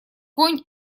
конь